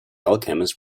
alchemist